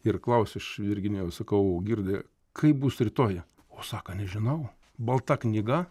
ir klausiu aš virginijaus sakau girdi kaip bus rytoj o saka nežinau balta knyga